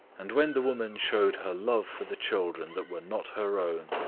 and when the woman showed her love for the children that were not her own,